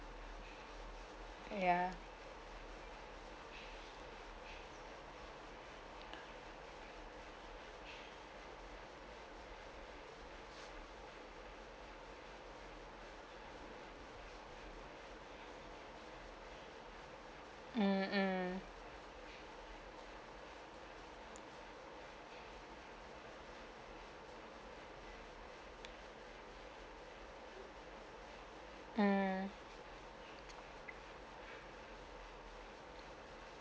uh ya mm mm mm